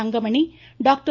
Thangamani doctor